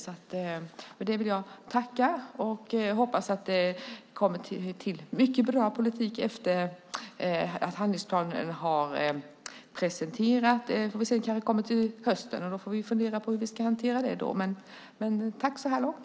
Jag vill tacka och hoppas att det kommer till mycket bra politik efter det att handlingsplanen har presenterats. Vi får se om vi återkommer till hösten och får då fundera på hur vi ska hantera det. Men tack så här långt!